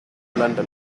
london